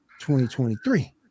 2023